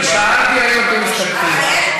שאלתי אם אתם מסתפקים.